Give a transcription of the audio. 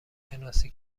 شناسی